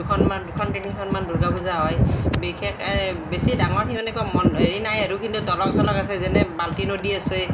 দুখনমান দুখন তিনিখনমান দুৰ্গা পূজা হয় বিশেষ বেছি ডাঙৰ সেনেকুৱা মন হেৰি নাই আৰু কিন্তু দলং চলং আছে যেনে বাল্টি নদী আছে